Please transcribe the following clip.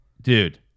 Dude